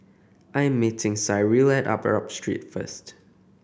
I am meeting Cyril at Arab Street first